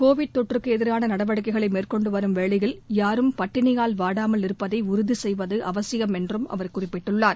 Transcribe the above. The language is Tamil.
கோவிட் தொற்றுக்கு எதிரான நடவடிக்கைகளை மேற்கொண்டுவரும் வேளையில் யாரும் பட்டினியால் வாடாமல் இருப்பதை உறுதி செய்வது அவசியம் என்றும் அவர் குறிப்பிட்டுள்ளார்